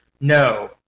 no